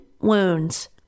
wounds